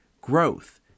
growth